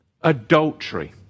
adultery